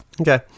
Okay